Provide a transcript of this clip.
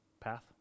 path